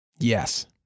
Yes